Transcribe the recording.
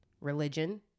religion